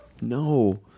No